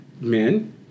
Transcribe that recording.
men